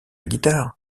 guitare